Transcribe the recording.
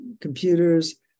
computers